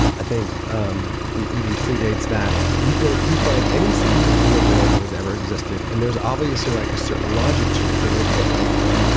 i think um it even predates that. you got you find any city in the world that has ever existed. and there's obviously like a certain logic to it. they don't put like the,